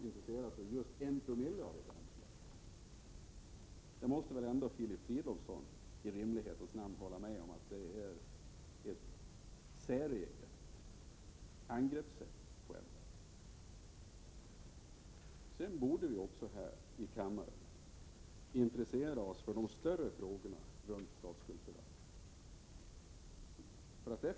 Filip Fridolfsson måste väl hålla med om att moderaternas angreppssätt är något säreget. Vidare borde vi här i kammaren intressera oss för de mer övergripande frågorna kring statsskuldsförvaltningen.